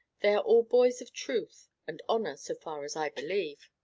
they are all boys of truth and honour, so far as i believe.